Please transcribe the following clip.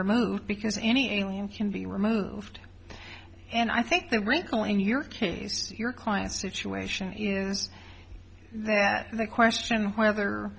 removed because any alien can be removed and i think the wrinkle in your case your client situation is that the question whether